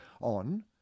on